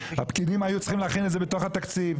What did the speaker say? הפקידים היו צריכים להכין את זה בתוך התקציב.